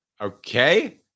Okay